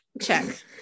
check